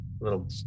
Little